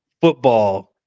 football